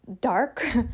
dark